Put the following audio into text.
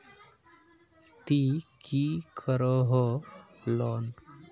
ती की करोहो लोन?